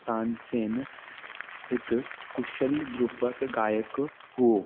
तानसेन हिकु कुशल ध्रुपद गाइकु हो